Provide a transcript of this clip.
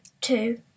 two